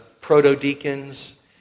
proto-deacons